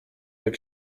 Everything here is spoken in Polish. jak